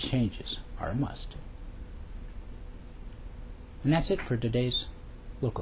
changes are a must and that's it for today's look